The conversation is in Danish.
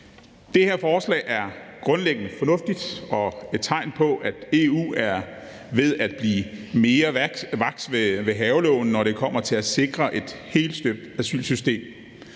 Det her forslag er grundlæggende fornuftigt og et tegn på, at EU er ved at blive mere vaks ved havelågen, når det kommer til at sikre et helstøbt asylsystem,